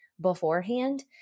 beforehand